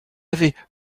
avait